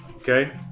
Okay